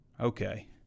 Okay